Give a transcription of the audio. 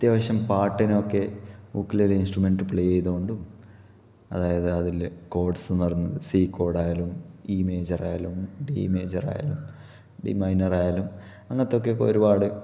അത്യാവശ്യം പാട്ടിനൊക്കെ ukulele instrument play ചെയ്തുകൊണ്ട് അതായത് അതില് കോഡ്സ് എന്ന് പറയുന്നത് സീക്കോഡായാലും ഈമേജറായാലും ഡിമേജറായാലും ഡിമൈനറായാലും അങ്ങനത്തെയൊക്കെ ഒരുപാട്